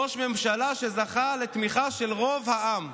ראש ממשלה שזכה לתמיכה של רוב העם,